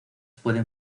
pueden